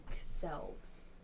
selves